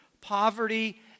Poverty